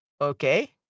Okay